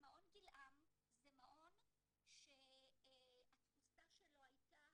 מעון 'גילעם' זה מעון שהתפוסה שלו הייתה,